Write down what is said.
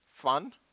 fun